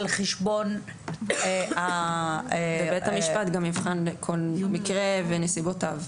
חשבון --- ובית המשפט גם יבחן כל מקרה ונסיבותיו.